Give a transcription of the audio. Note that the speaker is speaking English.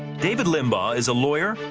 david limbaugh is a lawyer,